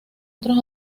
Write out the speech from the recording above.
otros